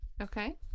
Okay